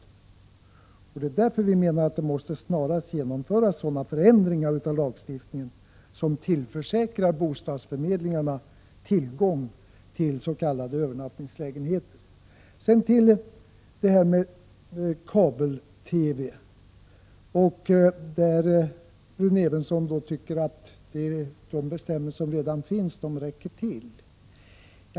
Därför menar vi att det snarast måste genomföras förändringar av lagstiftningen som tillförsäkrar bostadsförmedlingarna tillgång till s.k. övernattningslägenheter. Sedan till det här med kabel-TV. Rune Evensson tycker att de bestämmelser som redan finns räcker till.